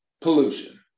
pollution